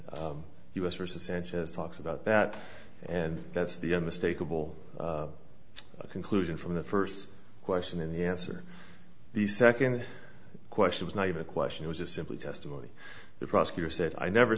us versus sanchez talks about that and that's the mistake of all conclusion from the first question and the answer the second question was not even a question was just simply testimony the prosecutor said i never